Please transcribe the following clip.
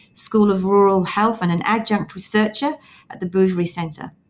school of rural health and an adjunct researcher at the bouverie centre.